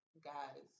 guys